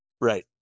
Right